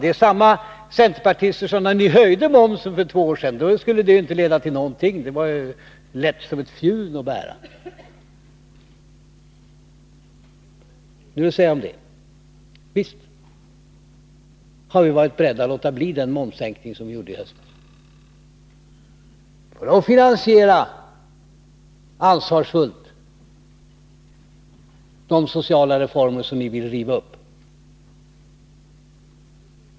Det är samma centerpartister som, när ni höjde momsen för två år sedan, sade att det inte skulle leda till någonting. Det var lätt som ett fjun att bära. Visst har vi varit beredda att låta bli den momssänkning som vi genomförde i höstas, för att på ett ansvarsfullt sätt finansiera de sociala reformer som nu skall rivas upp.